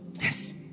Yes